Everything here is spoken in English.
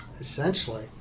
essentially